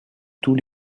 tous